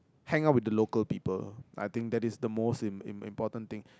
hang out with the local people I think that is the most im~ im~ important thing